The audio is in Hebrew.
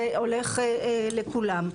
זה הולך לכולם.